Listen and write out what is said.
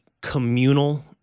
communal